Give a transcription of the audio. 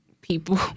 people